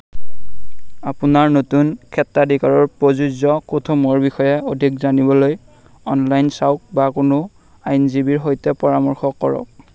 আপোনাৰ নতুন ক্ষেত্ৰাধিকাৰৰ প্ৰযোজ্য কোডসমূহৰ বিষয়ে অধিক জানিবলৈ অনলাইন চাওক বা কোনো আইনজীৱীৰ সৈতে পৰামৰ্শ কৰক